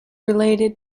related